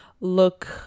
look